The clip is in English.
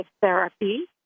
therapy